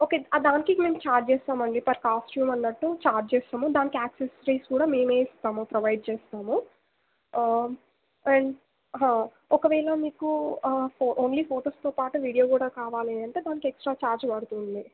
okay దానికి మేము charge చేస్తాం అండి పర్ కాస్ట్యూమ్ అన్నట్టు ఛార్జ్ చేస్తాము దానికి యాక్సెసరీస్ కూడా మేము ఇస్తాము ప్రొవైడ్ చేస్తాము అండ్ ఒకవేళ మీకు ఫొ ఓన్లీ ఫోటోస్తో పాటు వీడియో కూడా కావాలి అంటే దానికి ఎక్స్ట్రా ఛార్జ్ పడుతుంది